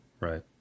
right